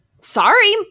Sorry